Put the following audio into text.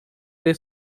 they